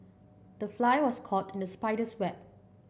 the fly was caught in the spider's web